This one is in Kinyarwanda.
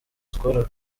skol